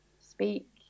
speak